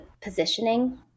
positioning